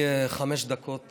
לפני חמש דקות